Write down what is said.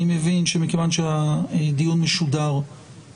אני מבין שמכיוון שהדיון משודר,